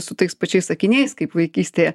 su tais pačiais sakiniais kaip vaikystėje